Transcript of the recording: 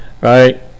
right